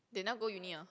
they never go uni ah